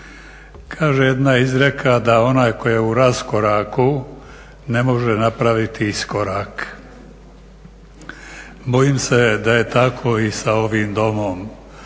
Kaže jedna izreka da onaj koji je u raskoraku ne može napraviti iskorak. Bojim se da je tako i sa ovim domom